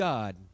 God